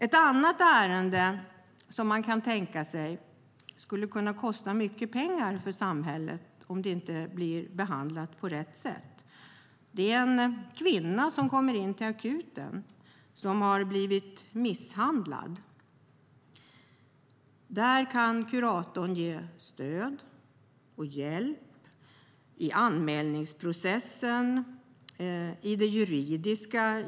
Vi kan tänka oss ett annat ärende som skulle kunna kosta mycket pengar för samhället om det inte blir behandlat på rätt sätt. Det är en kvinna som kommer in till akuten och som har blivit misshandlad. Kuratorn kan ge stöd och hjälp i anmälningsprocessen och med det juridiska.